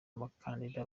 bakandida